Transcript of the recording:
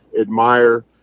admire